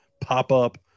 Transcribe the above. pop-up